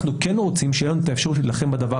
אנחנו כן רוצים שתהיה לנו את האפשרות להילחם בדבר